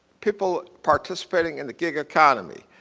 people participating in the gig economy.